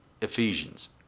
Ephesians